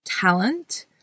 Talent